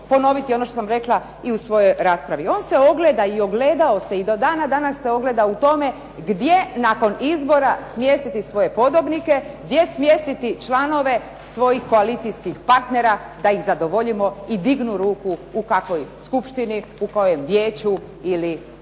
ponoviti ono što sam rekla i u svojoj raspravi, on se ogleda i ogledao se i do dana današnjeg se ogleda u tome gdje nakon izbora smjestiti svoje podobnike, gdje smjestiti članove svojih koalicijskih partnera da ih zadovoljimo i dignu ruku u kakvoj skupštini, u kojem vijeću ili